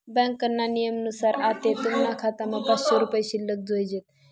ब्यांकना नियमनुसार आते तुमना खातामा पाचशे रुपया शिल्लक जोयजेत